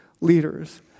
leaders